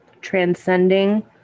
transcending